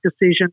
decision